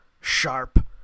sharp